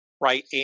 right